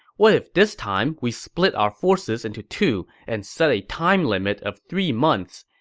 what if this time, we split our forces into two and set a time limit of three months.